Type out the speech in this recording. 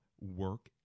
work